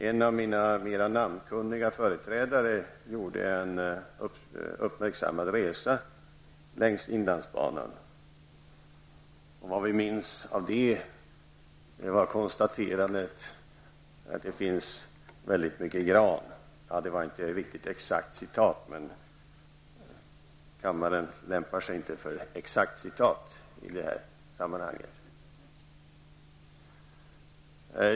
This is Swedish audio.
En av mina mera namnkunniga företrädare gjorde en uppmärksammad resa längs inlandsbanan. Vad vi minns av den resan är konstaterandet att det finns väldigt mycket gran. Det var inte att riktigt exakt citat, men kammaren lämpar sig inte för exakta citat i det sammanhanget.